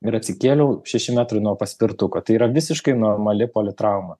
ir atsikėliau šeši metrai nuo paspirtuko tai yra visiškai normali politrauma